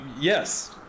Yes